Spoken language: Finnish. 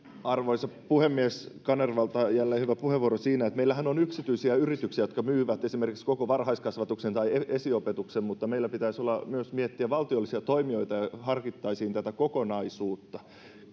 arvoisa puhemies kanervalta jälleen hyvä puheenvuoro meillähän on yksityisiä yrityksiä jotka myyvät esimerkiksi koko varhaiskasvatuksen tai esiopetuksen mutta meillä pitäisi myös miettiä valtiollisia toimijoita harkita tätä kokonaisuutta